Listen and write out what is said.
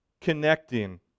connecting